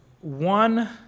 one